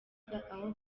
aho